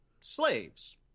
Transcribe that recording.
slaves